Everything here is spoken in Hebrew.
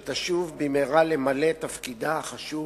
ושתשוב במהרה למלא את תפקידה החשוב